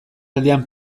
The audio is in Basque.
aldean